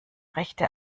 rechte